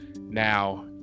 Now